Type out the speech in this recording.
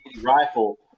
rifle